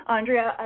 Andrea